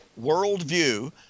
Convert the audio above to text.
worldview